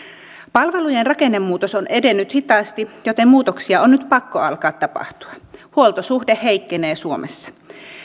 palvelujen rakennemuutos on edennyt hitaasti joten muutoksia on nyt pakko alkaa tapahtua huoltosuhde heikkenee suomessa